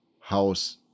house